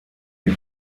die